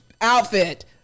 outfit